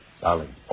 Darling